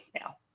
now